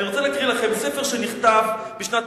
ספר שנכתב בשנת